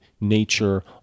nature